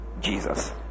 Jesus